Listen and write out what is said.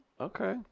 Okay